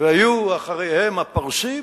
והיו אחריהם הפרסים,